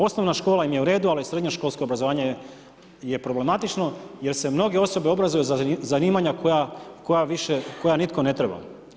Osnovna škola im je u redu ali srednjoškolsko obrazovanje je problematično jer se mnoge osobe obrazuju za zanimanja koja više, koja nitko ne treba.